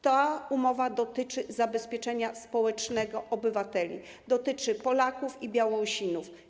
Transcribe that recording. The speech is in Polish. Ta umowa dotyczy zabezpieczenia społecznego obywateli, dotyczy Polaków i Białorusinów.